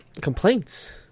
complaints